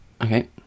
Okay